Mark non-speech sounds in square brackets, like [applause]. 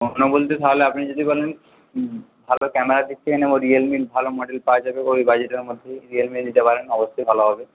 [unintelligible] বলতে তাহলে আপনি যদি বলেন ভালো ক্যামেরার দিক থেকে নেব রিয়েলমি ভালো মডেল পাওয়া যাবে ওই বাজেটের মধ্যে রিয়েলমি নিতে পারেন অবশ্যই ভালো হবে